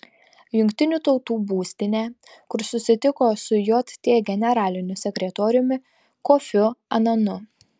jungtinių tautų būstinę kur susitiko su jt generaliniu sekretoriumi kofiu ananu